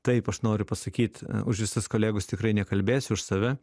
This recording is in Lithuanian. taip aš noriu pasakyt už visas kolegos tikrai nekalbėsiu už save